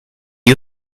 you